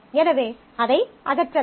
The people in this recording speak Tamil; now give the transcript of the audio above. எனவே அதை அகற்றலாம்